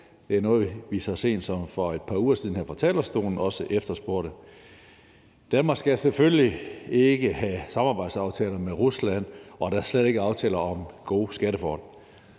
Det er noget, vi så sent som for et par uger siden her fra talerstolen også efterspurgte. Danmark skal selvfølgelig ikke have samarbejdsaftaler med Rusland, og da slet ikke aftaler om gode skatteforhold.